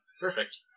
Perfect